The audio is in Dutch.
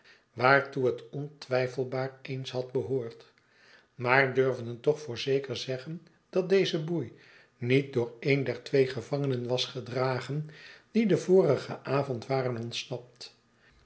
waartoe het ontwijfelbaar eens had behoord maar durfden toch voor zeker zeggen dat deze boei niet door een der twee gevangenen was gedragen die den vorigen avond waren ontsnapt